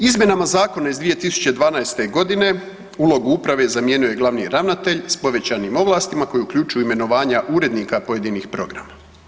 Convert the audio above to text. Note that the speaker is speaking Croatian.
Izmjenama zakona iz 2012. godine ulogu uprave zamijenio je glavni ravnatelj sa povećanim ovlastima koji uključuju imenovanja urednika pojedinih programa.